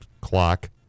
clock